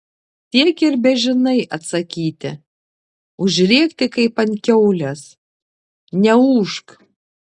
tiek ir bežinai atsakyti užrėkti kaip ant kiaulės neūžk